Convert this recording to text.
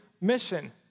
mission